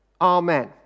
amen